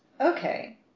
Okay